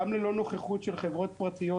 גם ללא נוכחות של חברות פרטיות,